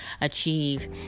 achieve